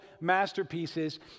masterpieces